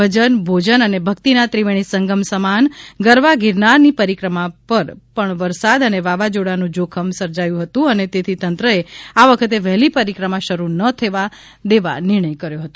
ભજન ભોજન અને ભક્તિના ત્રિવેણી સંગમ સમાન ગરવા ગિરનારની પરિક્રમા પર પણ વરસાદ અને વાવાઝોડાનું જોખમ સર્જાયું હતું અને તેથી તંત્રએ આ વખતે વહેલી પરિક્રમા શરૂ ન થવા દેવા નિર્ણય કર્યો હતો